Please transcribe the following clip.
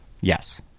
Yes